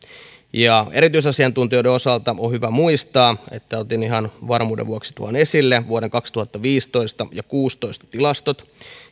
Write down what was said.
ja erityisasiantuntijoiden osalta on hyvä muistaa otin ihan varmuuden vuoksi esille vuosien kaksituhattaviisitoista ja kaksituhattakuusitoista tilastot